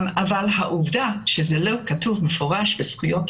העובדה שזה לא כתוב במפורש בזכויות